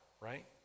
right